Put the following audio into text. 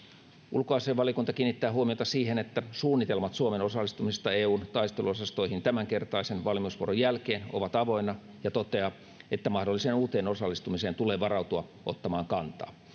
ulkoasiainvaliokunta kiinnittää huomiota siihen että suunnitelmat suomen osallistumista eun taisteluosastoihin tämänkertaisen valmiusvuoron jälkeen ovat avoinna ja toteaa että mahdolliseen uuteen osallistumiseen tulee varautua ottamaan kantaa